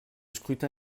scrutin